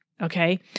Okay